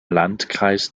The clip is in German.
landkreis